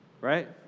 Right